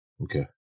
Okay